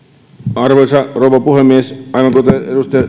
arvoisa rouva puhemies aivan kuten edustaja